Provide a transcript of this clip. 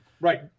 right